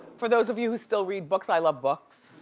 for those of you who still read books, i love books.